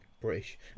British